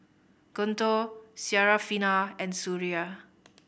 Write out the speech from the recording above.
Guntur Syarafina and Suria